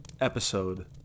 episode